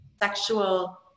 Sexual